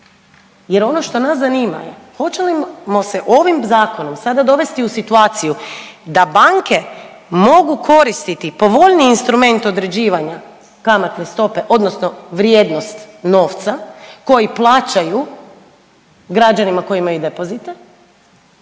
Jer ono što nas zanima je hoćemo li se ovim zakonom sada dovesti u situaciju da banke mogu koristiti povoljniji instrument određivanja kamatne stope, odnosno vrijednost novca koji plaćaju građanima koji imaju depozite,